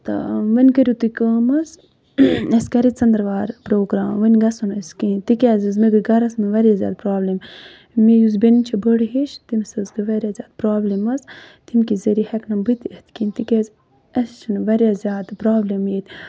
تہٕ وۄنۍ کٔرِو تُہۍ کٲم حظ اَسہِ کَرے ژٔندٕروار پروگرام وۄنۍ گژھُن اَسہِ کِہیٖنۍ تِکیٛازِ حظ مےٚ گٔے گَرَس منٛز واریاہ زیادٕ پرٛابلِم مےٚ یُس بیٚنہِ چھِ بٔڑ ہِش تٔمِس حظ گٔے واریاہ زیادٕ پرٛابلِم حظ تَمہِ کہِ ذٔریعہِ ہیٚکہِ نہٕ بہٕ تہِ یِتھ کِہیٖنۍ تِکیٛازِ اَسہِ چھِنہٕ واریاہ زیادٕ پرٛابلِم ییٚتہِ